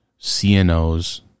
CNOs